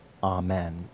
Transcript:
Amen